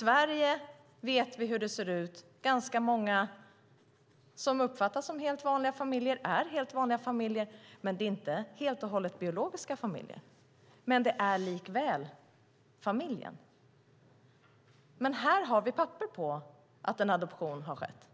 Vi vet hur det ser ut i Sverige. Ganska många som uppfattas som helt vanliga familjer är helt vanliga familjer, men det är inte helt och hållet biologiska familjer. Det är likväl familjer, men här har vi papper på att en adoption har skett.